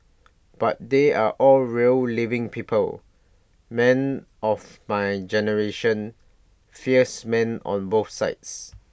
but they are all real living people men of my generation fierce men on both sides